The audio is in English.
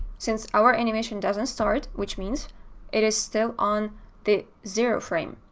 since our animation doesn't start, which means it is still on the zero frame